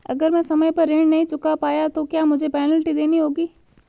अगर मैं समय पर ऋण नहीं चुका पाया तो क्या मुझे पेनल्टी देनी होगी?